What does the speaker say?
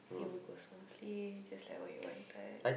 it will go smoothly just like that you wanted